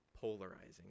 polarizing